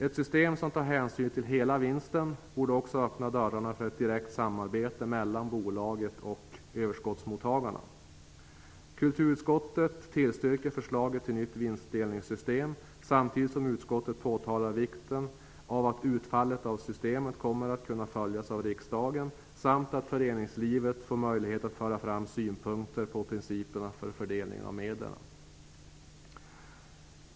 Ett system där hänsyn tas till hela vinsten borde också öppna dörrarna för ett direkt samarbete mellan bolaget och överskottsmottagarna. Kulturutskottet tillstyrker förslaget till nytt vinstdelningssystem samtidigt som utskottet påpekar vikten av att utfallet av systemet kommer att kunna följas av riksdagen samt att föreningslivet får möjlighet att föra fram synpunkter på principerna för fördelningen av medlen.